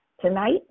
tonight